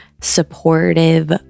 supportive